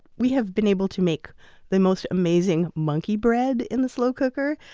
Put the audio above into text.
we have been able to make the most amazing monkey bread in the slow cooker.